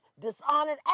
dishonored